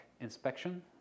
inspection